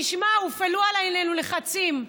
תשמע, הופעלו עלינו לחצים.